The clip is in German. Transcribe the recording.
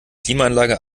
klimaanlage